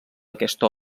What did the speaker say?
aquesta